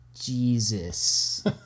Jesus